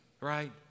right